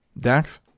Dax